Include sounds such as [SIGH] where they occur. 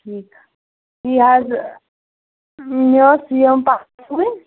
ٹھیٖک یہ حظ مےٚ ٲس یِم [UNINTELLIGIBLE] سُوٕنۍ